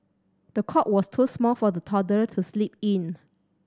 the cot was too small for the toddler to sleep in